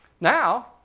Now